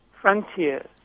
frontiers